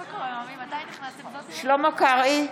אינו נוכח שלמה קרעי,